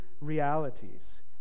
realities